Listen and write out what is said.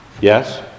Yes